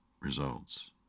results